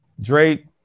Drake